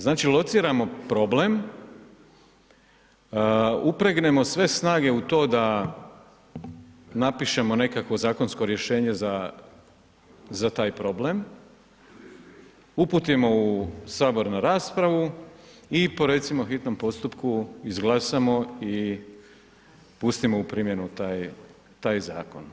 Znači lociramo problem, upregnemo sve snage u to da napišemo nekakvo zakonsko rješenje za, za taj problem, uputimo u sabor na raspravu i po recimo hitnom postupku izglasamo i pustimo u primjenu taj zakon.